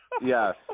Yes